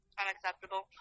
unacceptable